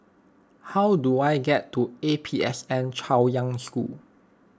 how do I get to A P S N Chaoyang School